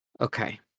Okay